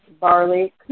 barley